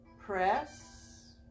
press